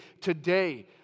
today